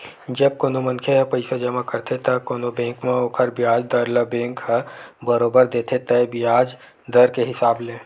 जब कोनो मनखे ह पइसा जमा करथे त कोनो बेंक म ओखर बियाज दर ल बेंक ह बरोबर देथे तय बियाज दर के हिसाब ले